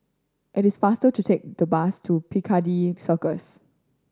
it is faster to take the bus to Piccadilly Circus